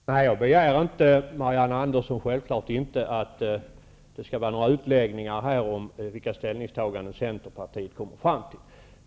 Herr talman! Jag begär självfallet inte att Marianne Andersson här skall ha några utläggningar om vilka ställningstaganden som Centerpartiet kommer fram till.